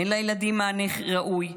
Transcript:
אין לילדים מענה ראוי,